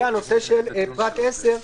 והנושא של פרט (10),